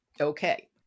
Okay